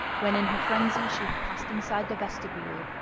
when in her frenzy she had passed inside the vestibule,